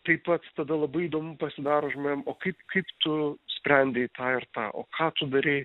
tai pats tada labai įdomu pasidaro žmonėm o kaip kaip tu sprendei tą ir tą o ką tu darei